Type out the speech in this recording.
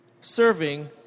serving